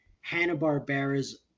Hanna-Barbera's